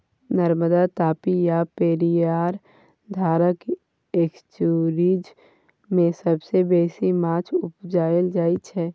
नर्मदा, तापी आ पेरियार धारक एस्च्युरीज मे सबसँ बेसी माछ उपजाएल जाइ छै